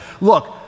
look